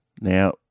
Now